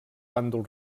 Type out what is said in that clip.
bàndol